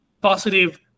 positive